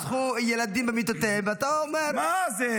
-- רצחו ילדים במיטותיהם, ואתה אומר --- מה זה?